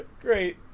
Great